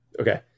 Okay